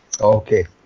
Okay